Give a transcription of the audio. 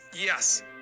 Yes